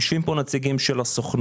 יושבים פה נציגים של הסוכנות,